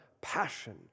passion